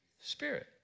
Spirit